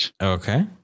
Okay